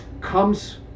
comes